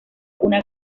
una